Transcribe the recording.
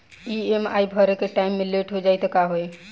EMI भरे के time मे लेट हो जायी त का होई?